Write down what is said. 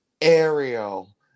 Ariel